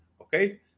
Okay